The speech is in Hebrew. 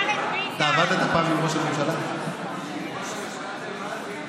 עם ראש הממשלה הזה לא זכיתי.